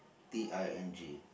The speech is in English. T I N G